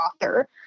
author